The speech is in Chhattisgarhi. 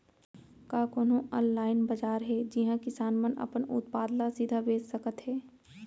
का कोनो अनलाइन बाजार हे जिहा किसान मन अपन उत्पाद ला सीधा बेच सकत हे?